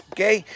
Okay